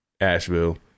Asheville